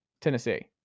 Tennessee